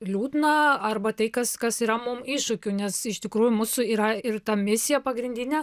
liūdna arba tai kas kas yra mum iššūkiu nes iš tikrųjų mūsų yra ir ta misija pagrindinė